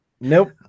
Nope